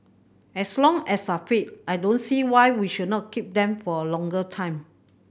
as long as are fit I don't see why we should not keep them for a longer time